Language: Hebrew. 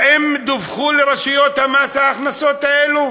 האם דווחו לרשויות המס ההכנסות האלה?